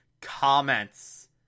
comments